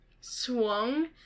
swung